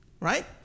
Right